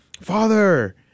Father